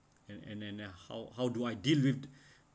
and and and uh how how do I deal with